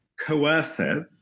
coercive